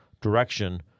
direction